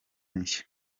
nshya